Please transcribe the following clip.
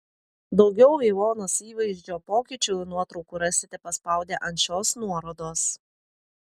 daugiau ivonos įvaizdžio pokyčių nuotraukų rasite paspaudę ant šios nuorodos